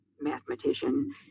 mathematician